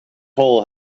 hole